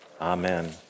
Amen